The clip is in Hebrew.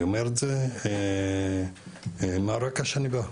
אני אומר את זה מהרקע שאני בא ממנו.